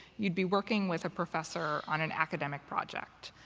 you'd be working with a professor on an academic project.